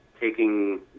taking